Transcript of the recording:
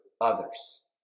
others